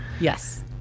Yes